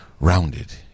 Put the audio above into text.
rounded